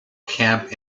camp